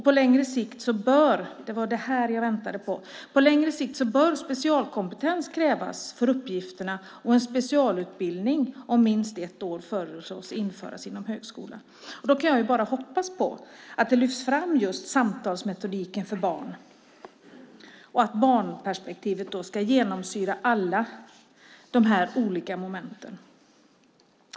På längre sikt bör specialkompetens krävas för uppgifterna och en specialutbildning om minst ett år föreslås införas inom högskolan. Det var det här jag väntade på! Jag kan bara hoppas på att just samtalsmetodiken för barn lyfts fram och att barnperspektivet ska genomsyra alla de olika momenten.